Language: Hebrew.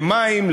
מים,